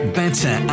better